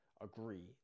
agree